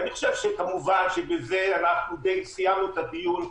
אני חושב שכמובן בזה אנחנו די סיימנו את הדיון.